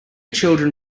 children